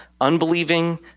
unbelieving